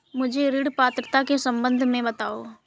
मुझे ऋण पात्रता के सम्बन्ध में बताओ?